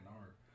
art